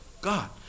God